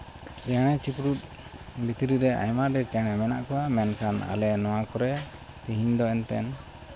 ᱪᱮᱬᱮ ᱪᱤᱯᱨᱩᱫ ᱵᱷᱤᱛᱨᱤ ᱨᱮ ᱟᱭᱢᱟ ᱰᱮᱨ ᱪᱮᱬᱮ ᱢᱮᱱᱟᱜ ᱠᱚᱣᱟ ᱢᱮᱱᱠᱷᱟᱱ ᱟᱞᱮ ᱱᱚᱣᱟ ᱠᱚᱨᱮ ᱛᱮᱦᱤᱧ ᱫᱚ ᱮᱱᱛᱮᱫ